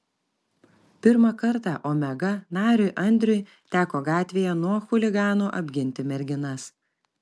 pirmą kartą omega nariui andriui teko gatvėje nuo chuliganų apginti merginas